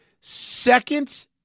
second